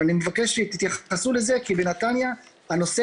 אני מבקש שתתייחסו לזה כי בנתניה הנושא